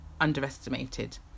underestimated